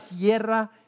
tierra